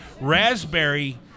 raspberry